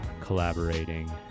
collaborating